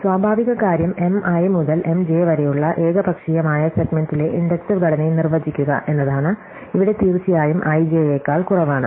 സ്വാഭാവിക കാര്യം M i മുതൽ M j വരെയുള്ള ഏകപക്ഷീയമായ സെഗ്മെന്റിലെ ഇൻഡക്റ്റീവ് ഘടനയെ നിർവചിക്കുക എന്നതാണ് ഇവിടെ തീർച്ചയായും i j യേക്കാൾ കുറവാണ്